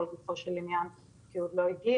--- לגופו של עניין כי הוא עוד לא הגיע,